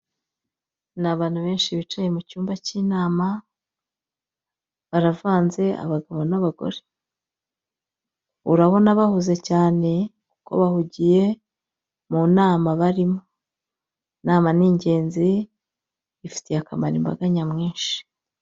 Abantu benshi bicaye mu cyumba cy'inama, baravanze, abagabo n'abagore. Urabona bahuze cyane, kuko bahugiye mu nama barimo. Inama ni ingenzi, ifitiye akamaro imbaga nyamwinshi.